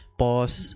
pause